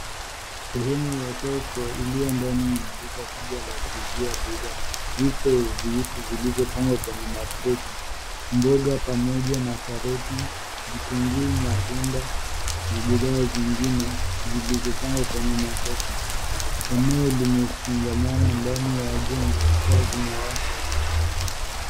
Sehemu ya soko iliyo ndani ya duka kubwa la kuuzia bidhaa. Vipo vitu vilivyopangwa kwenye ma kreti. Mboga pamoja na karoti, vitunguu, matunda na bidhaa zingine zilizopangwa kwenye ma shelfu . Eneo limefungamana ndani ya jengo. Taa zimewashwa.